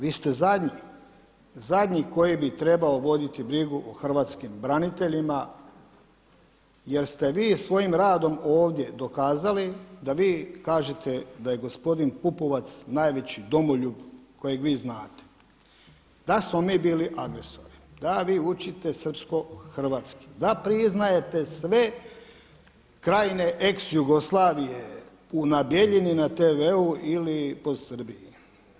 Vi ste zadnji, zadnji koji bi trebao voditi brigu o hrvatskim braniteljima jer ste vi svojim radom ovdje dokazali da vi kažete da je gospodin Pupovac najveći domoljub kojeg vi znate, da smo mi bili agresori, da vi učite srpsko-hrvatski, da priznajete sve krajine ex Jugoslavije na Bijeljini, na TV-u ili po Srbiji.